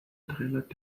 trällert